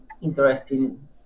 interesting